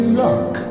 luck